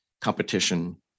competition